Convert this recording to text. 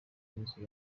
inzu